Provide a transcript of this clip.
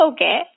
Okay